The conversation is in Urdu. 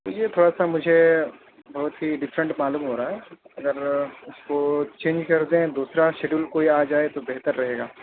تو یہ تھوڑا سا مجھے بہت ہی ڈیفرینٹ معلوم ہو رہا ہے اگر اس کو چینج کر دیں دوسرا شیڈول کوئی آ جائے تو بہتر رہے گا